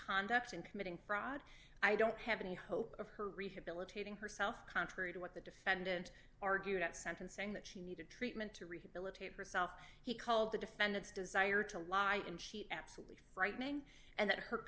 conduct in committing fraud i don't have any hope of her rehabilitating herself contrary to what the defendant argued at sentencing that she needed treatment to rehabilitate herself he called the defendant's desire to lie and she absolutely frightening and that her